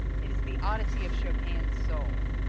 it is the odyssey of chopin's soul.